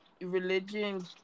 religion